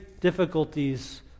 difficulties